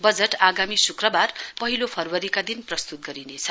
वजट आगामी शुक्रवार पहिलो फरवरीका दिन प्रस्तुत गरिनेछ